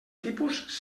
tipus